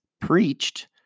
preached